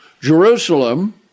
Jerusalem